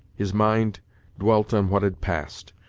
his mind dwelt on what had passed,